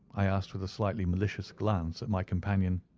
i asked, with a slightly malicious glance at my companion.